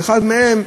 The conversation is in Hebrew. ואחד מהם,